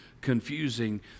confusing